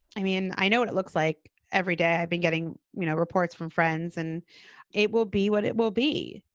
i mean, i know what it looks like every day. i've been getting you know reports from friends and it will be what it will be.